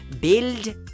build